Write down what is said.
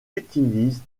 utilisent